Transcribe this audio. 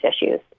issues